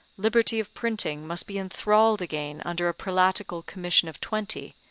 liberty of printing must be enthralled again under a prelatical commission of twenty,